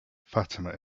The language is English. fatima